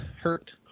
Hurt